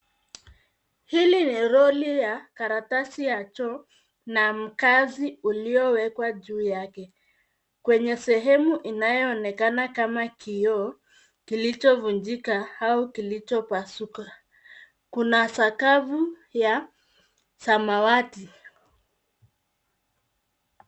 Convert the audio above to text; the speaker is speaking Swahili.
Hili ni rolli ya karatasi ya choo na makasi uliowekwa juu yake kwenye sehemu inayoonekana kama kioo kilichovunjika au kupasuka. Kuna sakafu ya samawati.